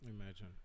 Imagine